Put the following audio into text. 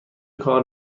کار